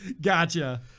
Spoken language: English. Gotcha